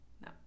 No